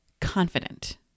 confident